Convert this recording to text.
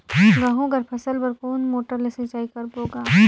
गहूं कर फसल बर कोन मोटर ले सिंचाई करबो गा?